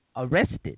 arrested